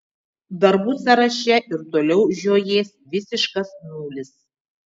darbų sąraše ir toliau žiojės visiškas nulis